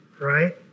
right